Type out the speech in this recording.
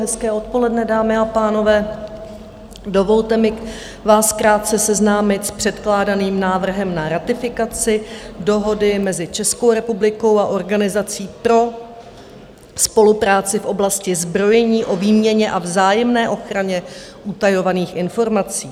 Hezké odpoledne, dámy a pánové, dovolte mi vás krátce seznámit s předkládaným návrhem na ratifikaci Dohody mezi Českou republikou a Organizací pro spolupráci v oblasti zbrojení o výměně a vzájemné ochraně utajovaných informací.